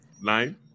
Nine